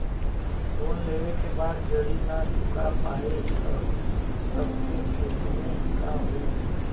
Loan लेवे के बाद जड़ी ना चुका पाएं तब के केसमे का होई?